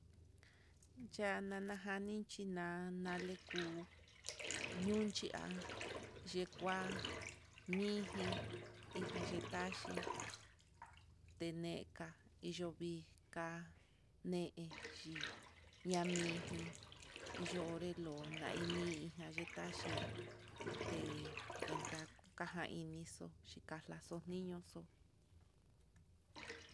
Ya'á nana janinchí nanaleku niunchi ngua nekua'a, iinji iinja nitaxhi teneka iyovii ka'a nee chí ñamiji yonre lo'o nainijan nitachia nee cuenta tajainixo xhikaxo'o niño xo'o.